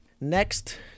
Next